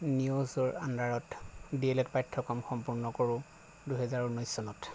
নিঅ'ছৰ আণ্ডাৰত D El Ed পাঠ্যক্ৰম সম্পূৰ্ণ কৰোঁ দুহেজাৰ উনৈছ চনত